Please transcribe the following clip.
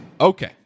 Okay